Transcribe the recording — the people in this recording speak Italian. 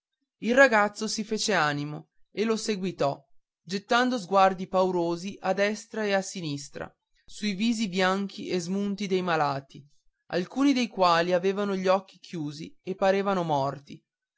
il ragazzo si fece animo e lo seguitò gettando sguardi paurosi a destra e a sinistra sui visi bianchi e smunti dei malati alcuni dei quali avevan gli occhi chiusi e parevano morti